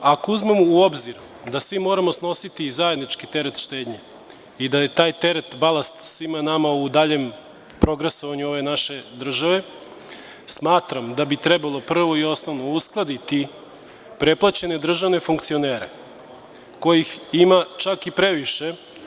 Ako uzmemo u obzir da svi moramo snositi zajednički teret štednje i da je taj teret balast svima nama u daljem progresovanju ove naše države, smatram da bi trebalo prvo i osnovno uskladiti preplaćene državne funkcionere kojih ima čak i previše.